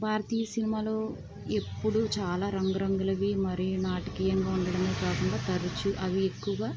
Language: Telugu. భారతీయ సినిమాలో ఎప్పుడు చాలా రంగు రంగులవి మరియు నాటికియంగా ఉండటమే కాకుండా తరచూ అవి ఎక్కువగా